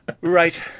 right